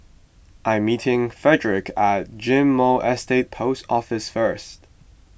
I am meeting Fredrick at Ghim Moh Estate Post Office first